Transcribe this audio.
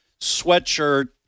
sweatshirt